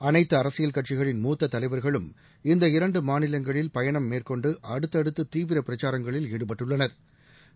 அனைத்து அரசியல் கட்சிகளின் மூத்த தலைவர்களும் இந்த இரண்டு மாநிலங்களில் பயணம் மேற்கொண்டு அடுத்தடுத்து தீவிர பிரச்சாரங்களில் ஈடுபட்டுள்ளனா்